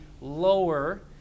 lower